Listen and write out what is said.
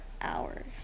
hours